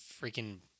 freaking